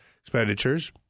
expenditures